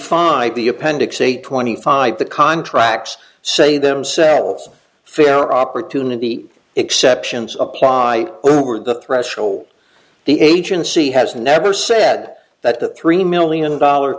eight twenty five the contracts say themselves fair opportunity exceptions apply over the threshold the agency has never said that the three million dollar